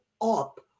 up